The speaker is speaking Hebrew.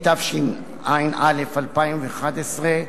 התשע"א 2011,